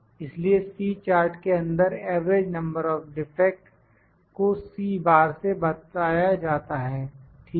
इसलिए C chart के अंदर एवरेज नंबर ऑफ डिफेक्ट्स को से बताया जाता है ठीक है